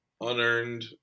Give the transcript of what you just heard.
unearned